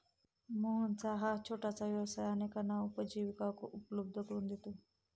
मोहनचा हा छोटासा व्यवसाय अनेकांना उपजीविका उपलब्ध करून देतो